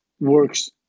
works